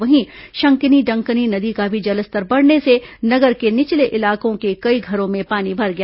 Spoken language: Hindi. वहीं शंकिनी डंकिनी नदी का भी जलस्तर बढ़ने से नगर के निचले इलाकों के कई घरों में पानी भर गया